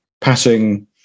Passing